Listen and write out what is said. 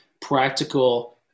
practical